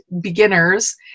beginners